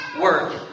work